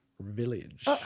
Village